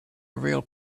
real